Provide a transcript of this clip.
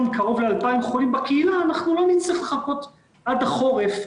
קרוב ל-2,000 חולים בקהילה אנחנו לא נצטרך לחכות עד החורף,